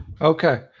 okay